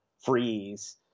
freeze